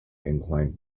inclined